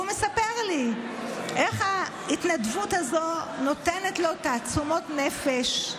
והוא מספר לי איך ההתנדבות הזו נותנת לו תעצומות נפש,